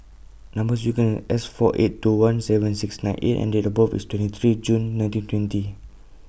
Number sequence IS S four eight two one seven six nine A and Date of birth IS twenty three June nineteen twenty